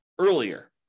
earlier